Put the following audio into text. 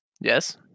Yes